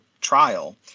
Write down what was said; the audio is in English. trial